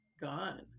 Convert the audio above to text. gone